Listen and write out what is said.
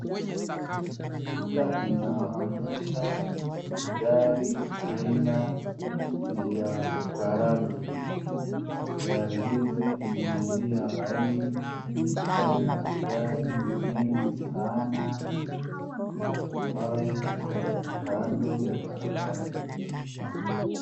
Picha inaonyesha gari aina ya Prado. Gari hizi zimeingia laini, tena gari ni nyingi sana ambayo iko kando ya barabarani.